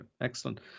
excellent